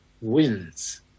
wins